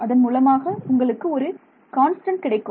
அதன் மூலமாக உங்களுக்கு ஒரு கான்ஸ்டன்ட் கிடைக்கும்